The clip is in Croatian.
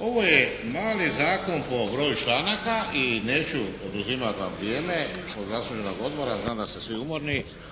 ovo je mali zakon po broju članaka i neću oduzimat vam vrijeme od zasluženog odmora, znam da ste svi umorni,